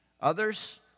Others